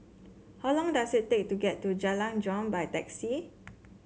how long does it take to get to Jalan Jong by taxi